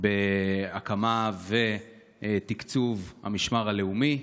להקמה ותקצוב של המשמר הלאומי.